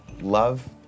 Love